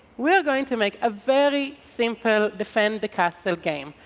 we are going to make a very simple defend the castle game.